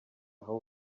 aho